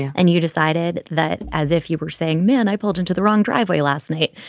and you decided that as if you were saying men, i pulled into the wrong driveway last night.